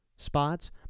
spots